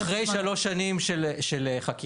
-- אחרי שלוש שנים של חקירה,